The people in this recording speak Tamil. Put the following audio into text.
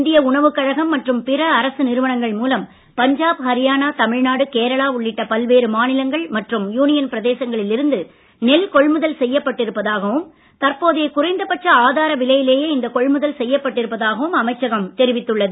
இந்திய உணவுக் கழகம் மற்றும் பிற அரசு நிறுவனங்கள் மூலம் பஞ்சாப் ஹரியானா தமிழ்நாடு கேரளா உள்ளிட்ட பல்வேறு மாநிலங்கள் மற்றும் யூனியன் பிரதேசங்களில் இருந்து நெல் கொள்முதல் செய்யப் பட்டிருப்பதாகவும் தற்போதைய குறைந்தபட்ச ஆதார விலையிலேயே இந்த கொள்முதல் செய்யப்பட்டிருப்பதாகவும் அமைச்சகம் தெரிவித்துள்ளது